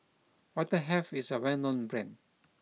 Vitahealth is a well known brand